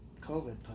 COVID